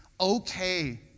okay